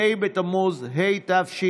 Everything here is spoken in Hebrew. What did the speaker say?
ה' בתמוז התשפ"א,